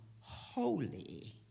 holy